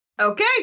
Okay